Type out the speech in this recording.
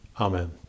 Amen